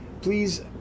Please